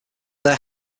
their